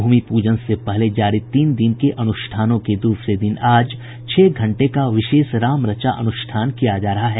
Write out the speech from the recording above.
भूमि पूजन से पहले जारी तीन दिन के अनुष्ठानों के दूसरे दिन आज छह घंटे का विशेष राम रचा अनुष्ठान किया जा रहा है